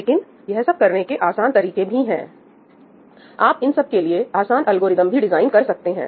लेकिन यह सब करने के आसान तरीके भी हैं आप इन सब के लिए आसान एल्गोरिदम भी डिजाइन कर सकते हैं